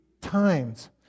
times